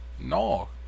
no